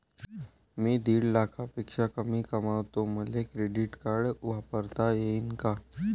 मी दीड लाखापेक्षा कमी कमवतो, मले क्रेडिट कार्ड वापरता येईन का?